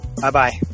Bye-bye